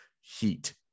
Heat